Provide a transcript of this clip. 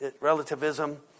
relativism